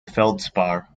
feldspar